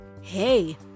Hey